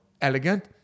elegant